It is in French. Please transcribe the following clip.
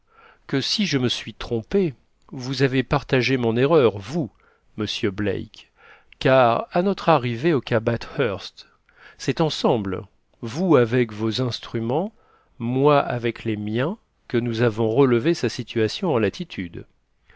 que si je me suis trompé vous avez partagé mon erreur vous monsieur black car à notre arrivée au cap bathurst c'est ensemble vous avec vos instruments moi avec les miens que nous avons relevé sa situation en latitude